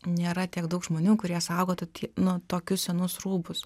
nėra tiek daug žmonių kurie saugotų nu tokius senus rūbus